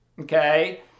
okay